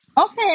Okay